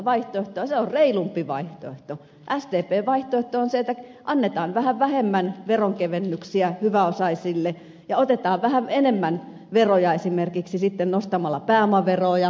se on reilumpi vaihtoehto se sdpn vaihtoehto että annetaan vähän vähemmän veronkevennyksiä hyväosaisille ja otetaan vähän enemmän veroja esimerkiksi nostamalla pääomaveroja